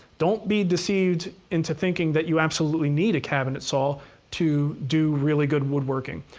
don't be deceived into thinking that you absolutely need a cabinet saw to do really good woodworking.